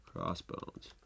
Crossbones